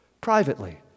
privately